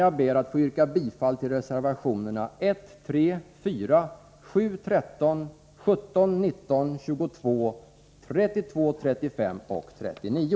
Jag ber att få yrka bifall till reservationerna 1, 3,4, 7, 13, 17, 19, 22, 32, 35 och 39.